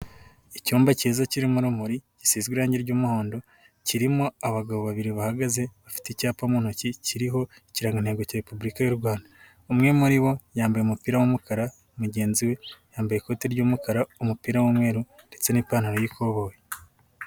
Icyumba cyiza kirimo urumuri gisizwe irangi ry'umuhondo, kirimo abagabo babiri bahagaze bafite icyapa mu ntoki kiriho ikirangantego cya repubulika y'urwanda. Umwe muri bo, yambaye umupira w'umukara mugenzi we yambaye ikoti ry'umukara, umupira w'umweru ndetse n'ipantaro y'ikoboyi.